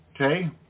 Okay